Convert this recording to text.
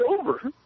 over